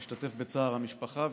אני משתתף בצער המשפחה,